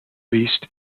leased